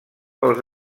pels